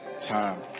time